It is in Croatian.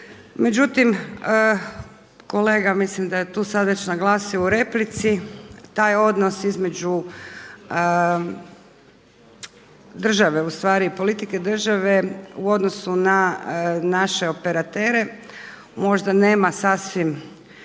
Međutim, kolega mislim da je tu sada već naglasio u replici, taj odnos između države ustavi, politike države u odnosu na naše operatere, možda nema sasvim